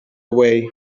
away